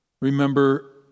Remember